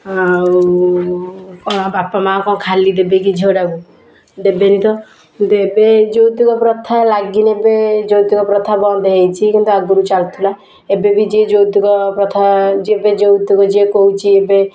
ଆଉ ବାପା ମାଆ କଣ ଖାଲି ଦେବେ କି ଝିଅଟାକୁ ଦେବେନି ତ କିନ୍ତୁ ଏବେ ଯୌତୁକ ପ୍ରଥା ଲାଗି ନେବେ ଯୌତୁକ ପ୍ରଥା ବନ୍ଦ ହୋଇଛି କିନ୍ତୁ ଆଗରୁ ଚାଲୁଥୁଲା ଏବେ ବି ଯିଏ ଯୌତୁକ ପ୍ରଥା ଯେବେ ଯୌତୁକ ଯିଏ କହୁଛି ଏବେ